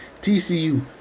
TCU